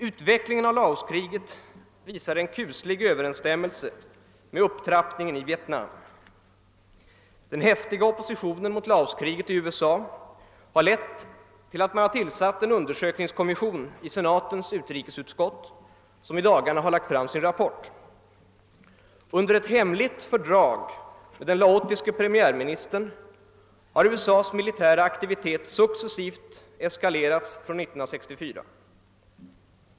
Utvecklingen av Laoskriget visar en kuslig överensstämmelse med upptrapp ningen i Vietnam. Den häftiga oppositionen mot Laos-kriget i USA har lett till att man tillsatt en undersökningskommission i senatens utrikesutskott vilken i dagarna har lagt fram sin rapport. Under ett hemligt fördrag med den laotiske premiärministern har USA:s militära aktivitet successivt eskalerats från 1964.